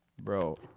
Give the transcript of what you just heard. Bro